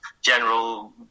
general